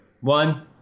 one